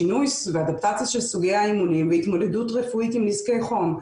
שינוס ואדפטציה של סוגי האימונים והתמודדות רפואית עם נזקי חום.